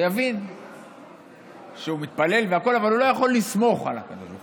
שיבין שהוא מתפלל והכול אבל הוא לא יכול לסמוך על הקדוש ברוך הוא.